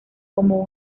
como